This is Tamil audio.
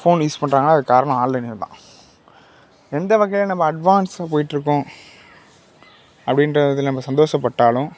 ஃபோன் யூஸ் பண்ணறாங்கன்னா அதுக்குக் காரணம் ஆன்லைன்னு தான் எந்த வகையாக நம்ம அட்வான்ஸாக போயிட்டு இருக்கோம் அப்படின்ற இதில் நம்ம சந்தோஷப்பட்டாலும்